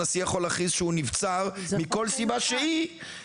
הנשיא יכול להכריז שהוא נבצר מכל סיבה שהיא,